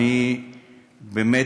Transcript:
באמת,